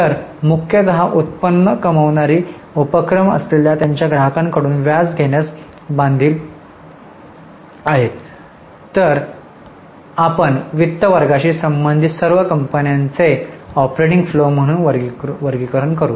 तर आपण वित्त वर्गाशी संबंधित सर्व कंपन्यांचे ऑपरेटिंग फ्लो म्हणून वर्गीकरण करू